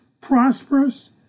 prosperous